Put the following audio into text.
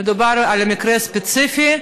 מדובר על מקרה ספציפי,